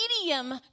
medium